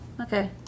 Okay